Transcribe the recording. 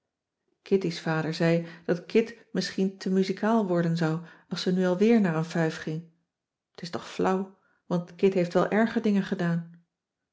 kitty's vader zei dat kit misschien te muzikaal worden zou als ze nu al weer naar een fuif ging t is toch flauw want kit heeft wel erger dingen gedaan